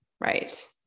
Right